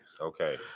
Okay